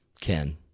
Ken